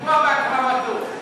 ידוע בהקרבתו.